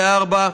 34),